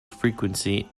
frequency